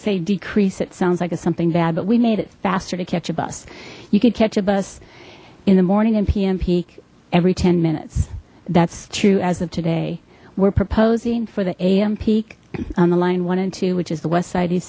say decrease it sounds like it's something bad but we made it faster to catch a bus you could catch a bus in the morning and p m peak every ten minutes that's true as of today we're proposing for the a m peak on the line one and two which is the west side